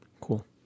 Cool